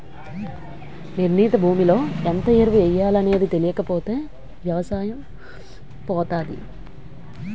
నిర్ణీత భూమిలో ఎంత ఎరువు ఎయ్యాలనేది తెలీకపోతే ఎవసాయం పోతాది